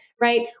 right